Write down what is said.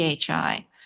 PHI